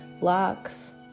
locks